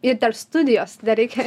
ir studijos dar reikia